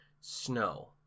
snow